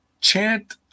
chant